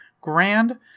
grand